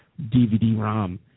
DVD-ROM